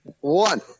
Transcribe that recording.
One